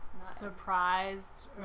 surprised